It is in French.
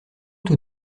tout